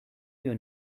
your